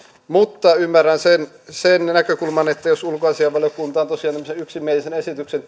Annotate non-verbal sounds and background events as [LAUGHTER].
mutta ymmärrän sen sen näkökulman että jos ulkoasiainvaliokunta on tosiaan tämmöisen yksimielisen esityksen [UNINTELLIGIBLE]